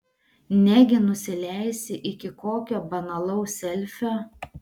negi nusileisi iki kokio banalaus selfio